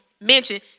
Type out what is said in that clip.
mention